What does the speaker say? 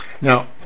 Now